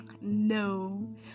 no